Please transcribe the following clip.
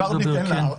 אז כבר ניתן לה.